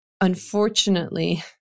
unfortunately